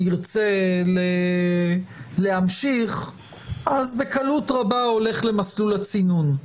ירצה להמשיך אז בקלות רבה הולך למסלול הצינון.